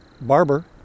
barber